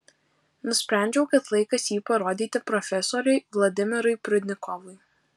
nusprendžiau kad laikas jį parodyti profesoriui vladimirui prudnikovui